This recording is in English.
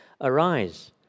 arise